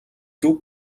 зөв